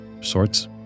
sorts